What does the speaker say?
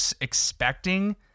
expecting